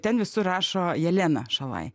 ten visur rašo jelena šalaj